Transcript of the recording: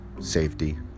safety